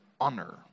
honor